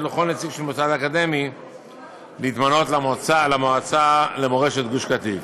לכל נציג של מוסד אקדמי להתמנות למועצה למורשת גוש קטיף.